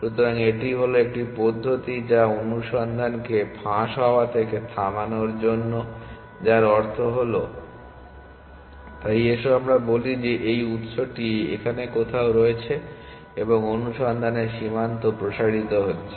সুতরাং এটি হল একটি পদ্ধতি যা অনুসন্ধানকে ফাঁস হওয়া থেকে থামানোর জন্য যার অর্থ হল তাই এসো আমরা বলি যে এই উত্সটি এখানে কোথাও রয়েছে এবং অনুসন্ধানের সীমান্ত প্রসারিত হচ্ছে